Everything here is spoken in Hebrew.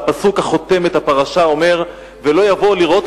והפסוק החותם את הפרשה אומר: "ולא יבאו לראות